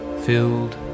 filled